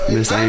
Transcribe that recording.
Miss